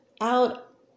out